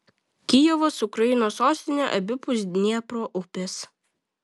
kijevas ukrainos sostinė abipus dniepro upės